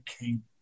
came